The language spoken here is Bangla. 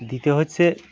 দ্বিতীয় হচ্ছে